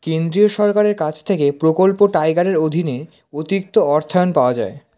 কেন্দ্রীয় সরকারের কাছ থেকে প্রকল্প টাইগারের অধীনে অতিরিক্ত অর্থায়ন পাওয়া যায়